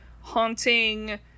haunting